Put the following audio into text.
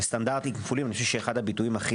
וסטנדרטים כפולים אני חושב שאחד הביטויים הכי